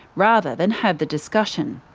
rather than have the discussion.